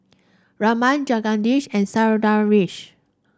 Raman Jagadish and Sundaresh